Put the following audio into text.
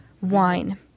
wine